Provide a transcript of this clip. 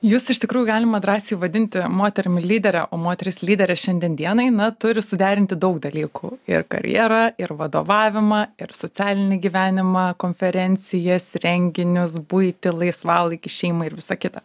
jus iš tikrųjų galima drąsiai vadinti moterimi lydere o moterys lyderės šiandien dienai na turi suderinti daug dalykų ir karjerą ir vadovavimą ir socialinį gyvenimą konferencijas renginius buitį laisvalaikį šeimą ir visa kita